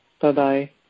bye-bye